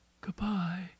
goodbye